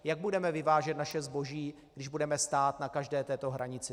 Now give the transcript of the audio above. Jak budeme vyvážet naše zboží, když budeme stát na každé této hranici?